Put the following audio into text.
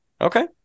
Okay